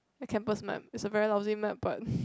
a campus map it's a very lousy map but